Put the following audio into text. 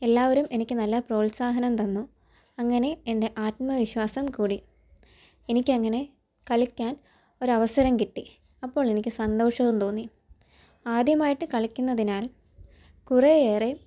എല്ലാവരും എനിക്ക് നല്ല പ്രോത്സാഹനം തന്നു അങ്ങനെ എൻ്റെ ആത്മവിശ്വാസം കൂടി എനിക്ക് അങ്ങനെ കളിക്കാൻ ഒരു അവസരം കിട്ടി അപ്പോഴെനിക്ക് സന്തോഷവും തോന്നി ആദ്യമായിട്ട് കളിക്കുന്നതിനാൽ കുറേ ഏറെ